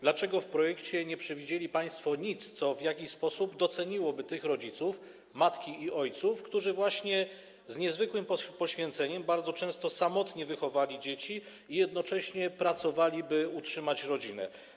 Dlaczego w projekcie nie przewidzieli państwo nic, co w jakiś sposób doceniłoby tych rodziców, matki i ojców, którzy właśnie z niezwykłym poświęceniem, bardzo często samotnie, wychowali dzieci i jednocześnie pracowali, by utrzymać rodzinę?